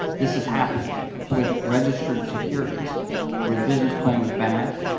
this has happened with registered securities where the business plan was bad.